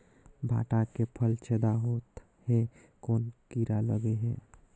भांटा के फल छेदा होत हे कौन कीरा लगे हे?